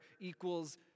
equals